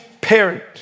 parent